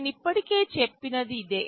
నేను ఇప్పటికే చెప్పినది ఇదే